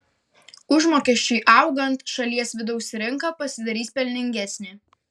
užmokesčiui augant šalies vidaus rinka pasidarys pelningesnė